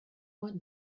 want